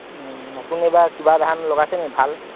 অঁ নতুন এইবাৰ কিবা ধান লগাইছে নেকি ভাল